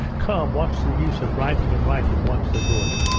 come, what's the use of writing and writing, what's the good